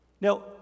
Now